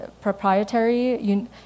proprietary